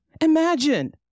Imagine